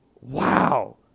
Wow